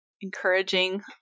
encouraging